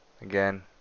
again